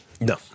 No